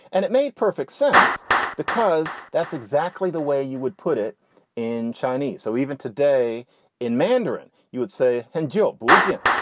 and it made perfect sense because that's exactly the way you would put it in chinese. so even today in mandarin, you would say hand-job, would you?